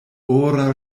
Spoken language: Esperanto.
ora